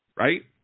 Right